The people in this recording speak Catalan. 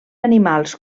animals